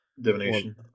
Divination